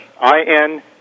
I-N